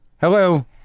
Hello